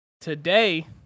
today